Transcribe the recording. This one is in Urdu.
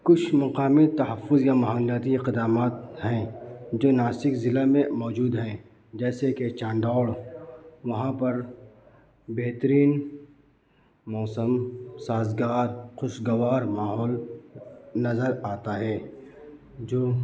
کچھ مقامی تحفظ یا اقدامات ہیں جو ناسک ضلع میں موجود ہیں جیسے کہ چاندوڑ وہاں پر بہترین موسم سازگار خوشگوار ماحول نظر آتا ہے جو